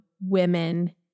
women